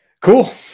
Cool